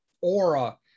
aura